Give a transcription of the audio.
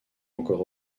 encore